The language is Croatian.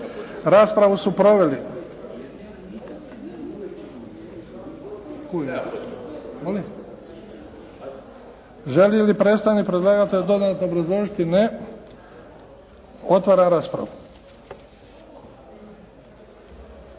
ste u pretince. Želi li predstavnik predlagatelja dodatno obrazložiti? Ne. Otvaram raspravu.